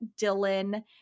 Dylan